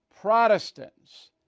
protestants